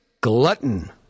Glutton